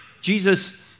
Jesus